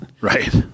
Right